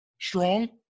strong